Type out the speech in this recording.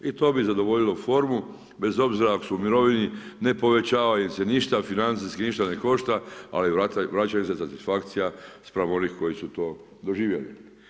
I to bi zadovoljilo formu, bez obzira ako su u mirovini, ne povećava im se ništa, financijski ništa ne košta ali vraća se satisfakcija spram onih koji su to doživjeli.